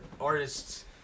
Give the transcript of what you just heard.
artists